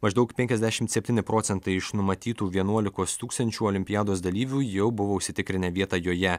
maždaug penkiasdešimt septyni procentai iš numatytų vienuolikos tūkstančių olimpiados dalyvių jau buvo užsitikrinę vietą joje